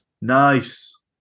Nice